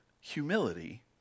humility